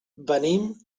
venim